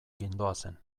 gindoazen